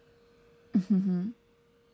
mm hmm